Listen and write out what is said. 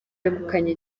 yegukanye